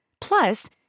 Plus